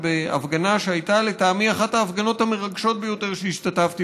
נצא למהלך של תסקיר בריאותי רציני.